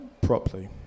properly